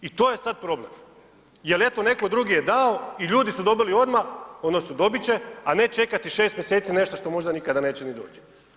I to je sad problem jer eto netko drugi je dao i ljudi su dobili odmah odnosno dobit će a ne čekati 6 mj. nešto što možda nikada neće ni doć.